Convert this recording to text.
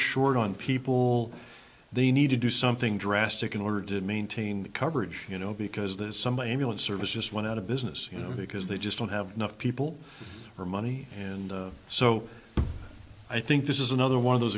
short on people they need to do something drastic in order to maintain coverage you know because there's somebody ambulance service just went out of business because they just don't have enough people or money and so i think this is another one of those